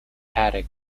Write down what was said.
attic